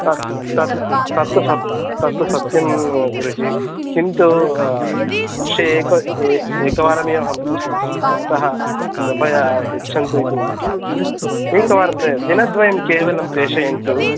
तत् त्त त्त तत्तु सत्यं तत्तु सत्यं गुरूजि किन्तु वर्षे एकवा एकवारमेव पृच्छन्नस्मि अतः कृपया यच्छन्तु इति प्रार्थना एकवारं तदेव दिनद्वयं केवलं प्रेषयन्तु